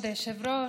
כבוד היושב-ראש,